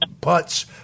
putts